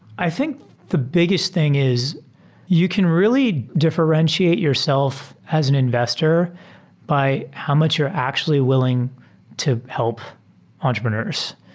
i think the biggest thing is you can really differentiate yourself as an investor by how much you're actually will ing to help entrepreneurs.